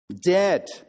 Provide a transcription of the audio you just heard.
Dead